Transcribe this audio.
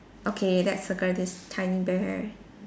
okay that's circle this tiny bear